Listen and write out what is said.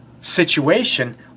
situation